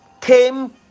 came